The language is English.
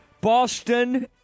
Boston